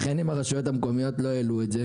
לכן, אם הרשויות המקומיות לא העלו את זה